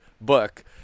book